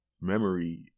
memory